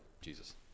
Jesus